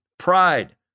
Pride